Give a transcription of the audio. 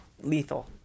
lethal